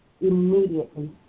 immediately